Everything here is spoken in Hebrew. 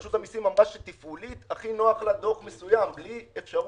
רשות המסים אמרה שתפעולית הכי נוח לה דוח מסוים בלי אפשרות.